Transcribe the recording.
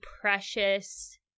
precious